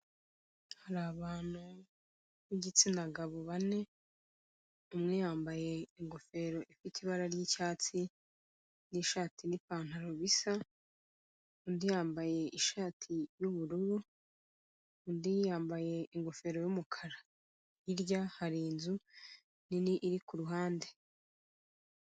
Hari abantu b'igitsina gabo bane, umwe yambaye ingofero ifite ibara ry'icyatsi n'ishati n'ipantaro bisa, undi yambaye ishati y'ubururu undi yambaye ingofero y'umukara hirya hari inzu nini iri kuruhande.